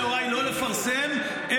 הוא יכול לגשת לכל --- מה זה אומר,